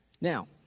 Now